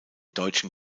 deutschen